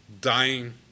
Dying